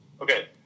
Okay